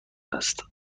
است